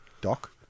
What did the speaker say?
Doc